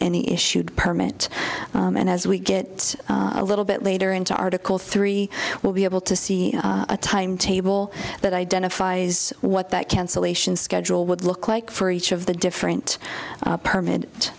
any issued permit and as we get a little bit later into article three we'll be able to see a time table that identifies what that cancellation schedule would look like for each of the different permanent